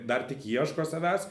dar tik ieško savęs